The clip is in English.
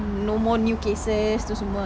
no more new K says